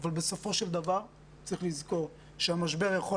בסופו של דבר צריך לזכור שהמשבר הזה של